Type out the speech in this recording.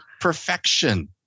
perfection